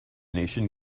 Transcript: nation